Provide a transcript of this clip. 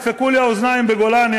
נדפקו לי האוזניים בגולני,